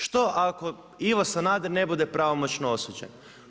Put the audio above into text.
Što ako Ivo Sanader, ne bude pravomoćno osuđen?